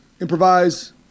improvise